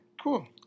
cool